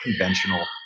conventional